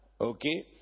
Okay